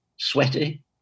Sweaty